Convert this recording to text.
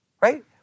right